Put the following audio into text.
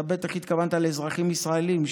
אתה בטח התכוונת לאזרחים ישראלים,